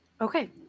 okay